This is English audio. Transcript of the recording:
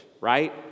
right